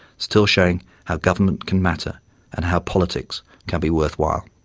still showing how government can matter and how politics can be worthwhile.